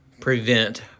prevent